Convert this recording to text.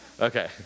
Okay